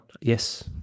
yes